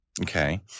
Okay